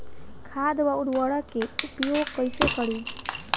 खाद व उर्वरक के उपयोग कईसे करी?